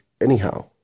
anyhow